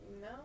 No